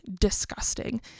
disgusting